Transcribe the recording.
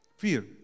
Fear